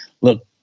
look